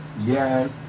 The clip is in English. yes